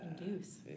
Induce